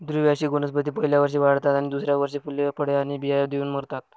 द्विवार्षिक वनस्पती पहिल्या वर्षी वाढतात आणि दुसऱ्या वर्षी फुले, फळे आणि बिया देऊन मरतात